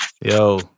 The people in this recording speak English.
Yo